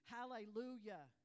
Hallelujah